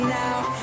now